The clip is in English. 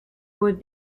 would